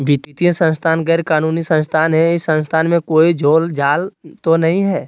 वित्तीय संस्था गैर कानूनी संस्था है इस संस्था में कोई झोलझाल तो नहीं है?